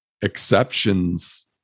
exceptions